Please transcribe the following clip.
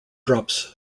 drops